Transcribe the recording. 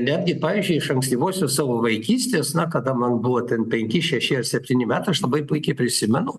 netgi pavyzdžiui iš ankstyvosios savo vaikystės na kada man buvo ten penki šeši ar septyni metai aš labai puikiai prisimenu